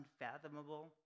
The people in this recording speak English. unfathomable